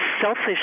selfish